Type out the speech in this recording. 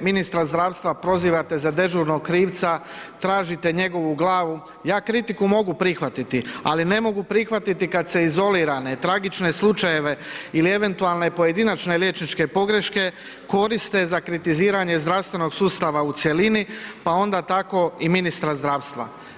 ministra zdravstva prozivate za dežurnog krivca, tražite njegovu glavu, ja kritiku mogu prihvatiti, ali ne mogu prihvatiti kad se izolirane, tragične slučajeve ili eventualne pojedinačne liječničke pogreške koriste za kritiziranje zdravstvenog sustava u cjelini, pa onda tako i ministra zdravstva.